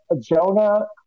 Jonah